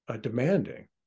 demanding